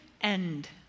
end